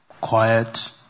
quiet